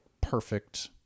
perfect